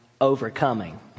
overcoming